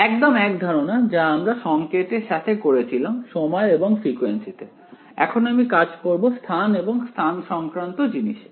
একদম এক ধারণা আমরা সংকেতের সাথে সময় এবং ফ্রিকোয়েন্সিতে কাজ করেছিলাম এখন আমি কাজ করব স্থান এবং স্থান সংক্রান্ত জিনিসে